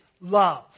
love